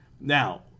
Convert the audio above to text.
Now